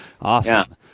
awesome